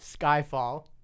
Skyfall